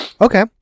Okay